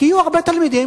כי יהיו הרבה תלמידים,